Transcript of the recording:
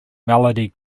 melody